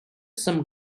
some